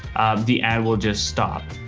the ad will just stop.